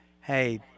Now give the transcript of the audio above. hey